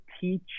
teach